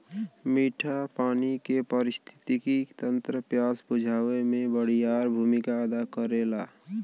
मीठा पानी के पारिस्थितिकी तंत्र प्यास बुझावे में बड़ियार भूमिका अदा करेला